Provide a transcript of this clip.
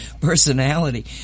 personality